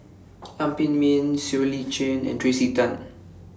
Lam Pin Min Siow Lee Chin and Tracey Tan